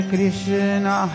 Krishna